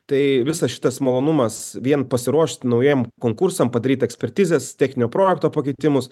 tai visas šitas malonumas vien pasiruošt naujiem konkursam padaryt ekspertizes techninio projekto pakeitimus